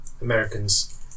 Americans